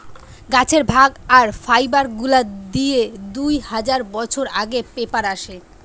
গাছের ভাগ আর ফাইবার গুলা দিয়ে দু হাজার বছর আগে পেপার আসে